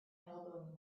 elbowing